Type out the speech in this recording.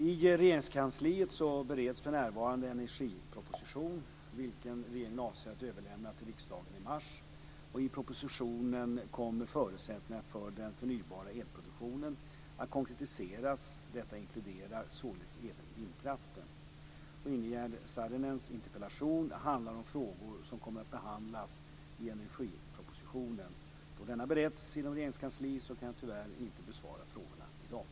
I Regeringskansliet bereds för närvarande en energiproposition, vilken regeringen avser att överlämna till riksdagen i mars. I propositionen kommer förutsättningarna för den förnybara elproduktionen att konkretiseras. Detta inkluderar således även vindkraften. Ingegerd Saarinens interpellation handlar om frågor som kommer att behandlas i energipropositionen. Då denna bereds inom Regeringskansliet kan jag tyvärr inte besvara frågorna i dag.